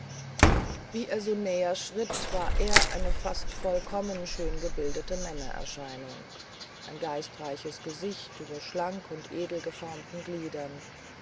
wie er so näher schritt war er eine fast vollkommen schöngebildete männererscheinung ein geistreiches gesicht über schlank und edel geformten gliedern